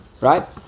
Right